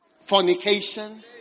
Fornication